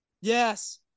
Yes